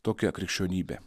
tokia krikščionybė